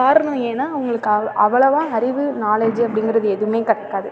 காரணம் ஏன்னா அவங்களுக்கு அவ்வளவாக அறிவு நாலேஜ்ஜி அப்படிங்கிறது எதுவும் கடைக்காது